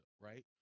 right